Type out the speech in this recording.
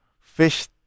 fish